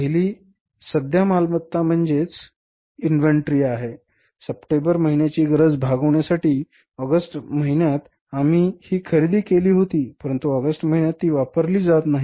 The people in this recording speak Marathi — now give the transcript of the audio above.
पहिली सद्य मालमत्ता म्हणजे यादी आहे सप्टेंबर महिन्याची गरज भागवण्यासाठी ऑगस्ट महिन्यात आम्ही हि खरेदी केली होती परंतु ऑगस्ट महिन्यात ती वापरली जात नाही